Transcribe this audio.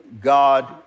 God